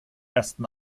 ersten